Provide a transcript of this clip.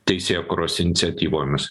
teisėkūros iniciatyvomis